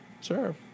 sure